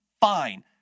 fine